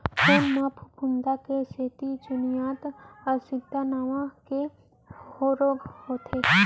फूल म फफूंद के सेती चूर्निल आसिता नांव के रोग होथे